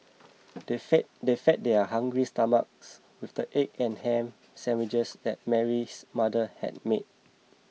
they fed they fed their hungry stomachs with the egg and ham sandwiches that Mary's mother had made